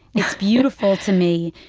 it's beautiful to me.